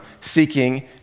seeking